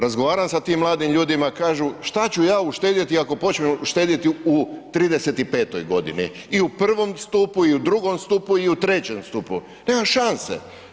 Razgovarao sam sa tim mladim ljudima, kažu šta ću ja uštedjeti ako počnem štedjeti u 35. godini i u prvom stupu i u drugom stupu i u trećem stupu, nema šanse.